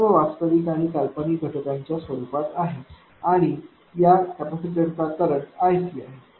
हे सर्व वास्तविक आणि काल्पनिक घटकाच्या स्वरूपात आहे आणि या कपॅसिटर चा करंट iCआहे